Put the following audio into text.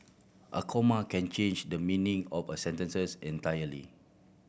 a comma can change the meaning of a sentence entirely